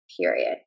Period